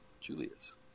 Julius